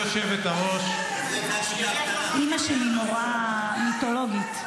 גברתי היושבת-ראש -- אימא שלי מורה מיתולוגית.